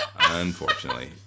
unfortunately